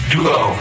Duo